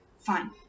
fine